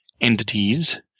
entities